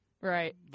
Right